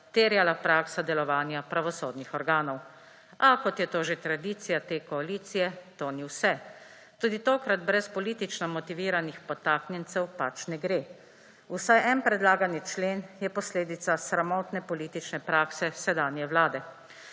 terjala praksa delovanja pravosodnih organov. A kot je to že tradicija te koalicije, to ni vse. Tudi tokrat brez politično motiviranih podtaknjencev pač ne gre. Vsaj en predlagani člen je posledica sramotne politične prakse sedanje vlade.